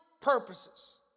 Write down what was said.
purposes